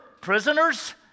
prisoners